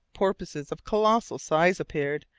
porpoises of colossal size appeared,